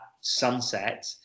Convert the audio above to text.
sunset